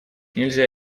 нельзя